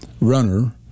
runner